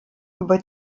über